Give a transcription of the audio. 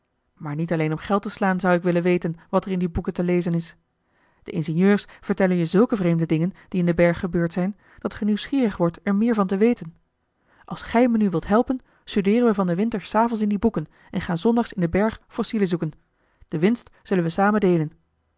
maar niet alleen om geld te slaan zou ik willen weten wat er in die boeken te lezen is de ingenieurs vertellen je zulke vreemde dingen die in den berg gebeurd zijn dat ge nieuwsgierig wordt er meer van te weten als gij me nu wilt helpen studeeren we van den winter s avonds in die boeken en gaan s zondags in den berg fossielen zoeken de winst zullen we samen deelen